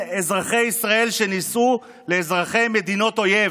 אזרחי ישראל שנישאו לאזרחי מדינות אויב